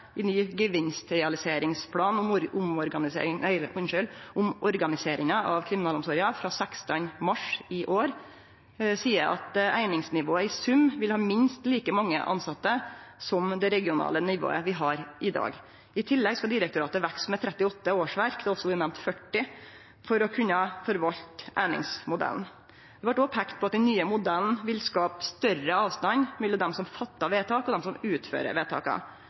i ny gevinstrealiseringsplan om organiseringa av kriminalomsorga frå den 16. mars i år seier at einingsnivået i sum vil ha minst like mange tilsette som det regionale nivået vi har i dag. I tillegg skal direktoratet vekse med 38 årsverk – det blir også nemnt 40 – for å kunne forvalte einingsmodellen. Det vart òg peikt på at den nye modellen vil skape større avstand mellom dei som fattar vedtak, og dei som utfører vedtaka.